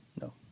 No